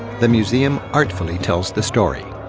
the museum artfully tells the story.